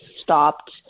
stopped